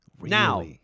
Now